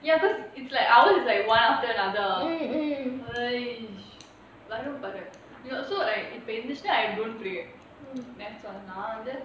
ya because it's like ours is like one after another !hais! வரும் பாரு:varum paaru so like I don't pray that's நான் வந்து:naan vanthu